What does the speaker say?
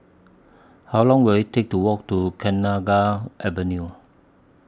How Long Will IT Take to Walk to Kenanga Avenue